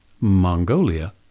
Mongolia